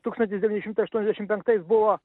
tūkstantis devyni šimtai aštuoniasdešim penktais buvo